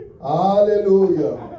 Hallelujah